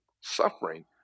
suffering